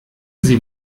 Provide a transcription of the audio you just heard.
sie